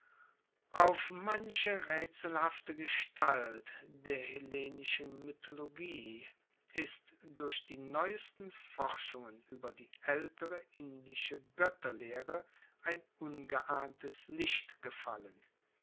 auf manche raetselhafte gestalt der hellenischen mythologie ist durch die neuesten forschungen ueber die aeltere indische goetterlehre ein ungeahntes licht gefallen